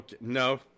no